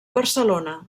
barcelona